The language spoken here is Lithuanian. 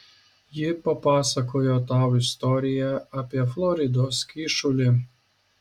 ji papasakojo tau istoriją apie floridos kyšulį